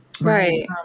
Right